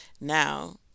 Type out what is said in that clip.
Now